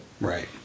Right